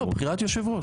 בחירת יושב-ראש.